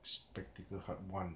Spectacle Hut one